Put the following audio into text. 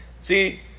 See